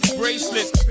bracelets